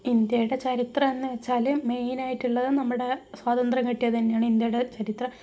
ഇന്ത്യയുടെ ചരിത്രം എന്നു വെച്ചാൽ മെയ്നായിട്ടുള്ളത് നമ്മുടെ സ്വാതന്ത്യം കിട്ടിയതു തന്നെയാണ് ഇന്ത്യയുടെ ചരിത്രം